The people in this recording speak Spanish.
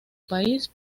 país